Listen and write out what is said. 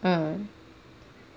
uh